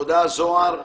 תודה זוהר,